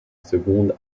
seconde